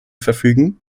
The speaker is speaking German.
verfügen